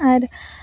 ᱟᱨ